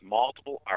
multiple